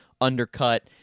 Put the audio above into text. undercut